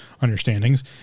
understandings